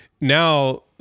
now